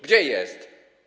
Gdzie jest?